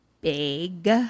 big